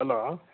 hello